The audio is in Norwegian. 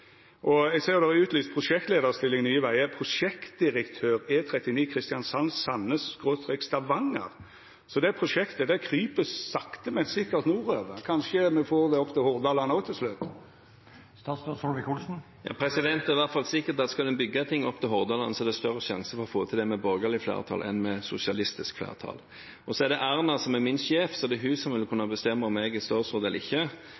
ser òg det er lyst ut prosjektleiarstilling i Nye Veier: «Prosjektdirektør E39 Kristiansand–Sandnes/Stavanger». Så det prosjektet kryp sakte, men sikkert nordover. Kanskje me får det opp til Hordaland òg til slutt. Det er i hvert fall sikkert at skal en bygge ting opp til Hordaland, er det større sjanse for å få til det med borgerlig flertall enn med sosialistisk flertall. Det er Erna som er min sjef, så det er hun som vil kunne bestemme om jeg er statsråd eller ikke,